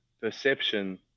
perception